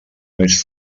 nois